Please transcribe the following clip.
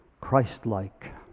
Christ-like